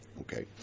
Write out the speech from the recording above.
okay